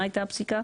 מה הייתה הפסיקה?